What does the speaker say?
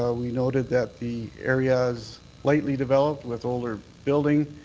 ah we noted that the area is lightly developed with older buildings,